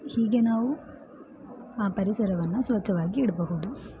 ಹೀಗೆ ನಾವು ಆ ಪರಿಸರವನ್ನು ಸ್ವಚ್ಛವಾಗಿ ಇಡಬಹುದು